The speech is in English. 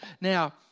Now